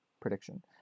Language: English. prediction